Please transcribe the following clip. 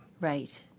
right